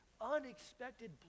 unexpected